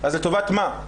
אז לטובת מה?